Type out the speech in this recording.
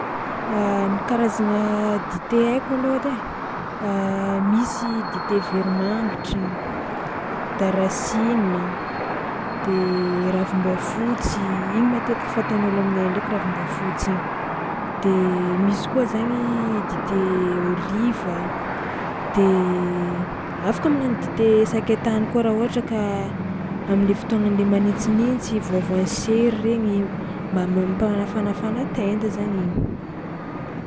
Ny karazagna dite haiko alôha edy ai: misy dite veromangitry, darasina de ravimboafotsy igny matetiky fatan'ôlo aminay ndraiky ravimboafotsy igny de misy koa zagny dite ôliva de afaka magnano dite sakay tany koa raha ôhatra ka am'le fotoagnan'ny manintsinintsy, voavoan'ny sera regny mba mampanafanafana tenda zany igny.